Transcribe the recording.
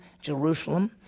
Jerusalem